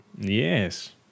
yes